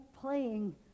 playing